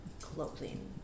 clothing